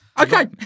Okay